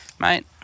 mate